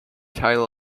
title